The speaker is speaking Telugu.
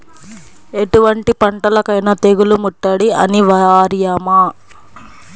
ఎటువంటి పంటలకైన తెగులు ముట్టడి అనివార్యమా?